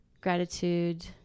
gratitude